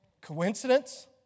Coincidence